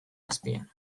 azpian